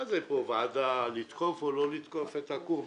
מה זה פה, ועדה לתקוף או לא לתקוף את הכור בעירק?